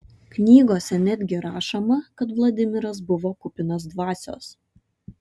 knygose netgi rašoma kad vladimiras buvo kupinas dvasios